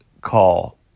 call